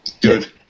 Good